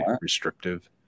restrictive